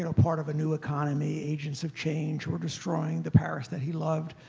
you know part of a new economy, agents of change, were destroying the paris that he loved.